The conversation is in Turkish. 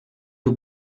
yıl